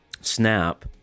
snap